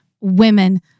women